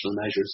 measures